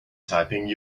typing